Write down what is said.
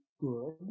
good